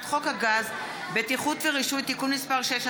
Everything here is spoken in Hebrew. חוק הגז (בטיחות ורישוי) (תיקון מס 6),